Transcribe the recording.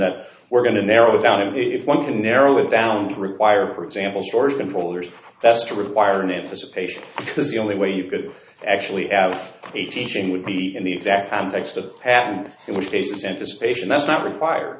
that we're going to narrow down if one can narrow it down to require for example storage controllers best require an anticipation because the only way you could actually have a teaching would be in the exact context of and in which case anticipation that's not require